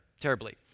terribly